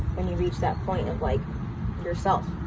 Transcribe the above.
and you reach that point of like yourself.